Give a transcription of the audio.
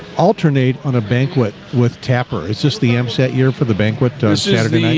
alternate on a banquet with tapper. it's just the amp set year for the banquet saturday.